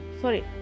sorry